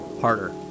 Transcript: harder